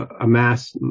amass